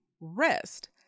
rest